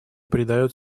придает